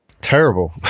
Terrible